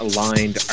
Aligned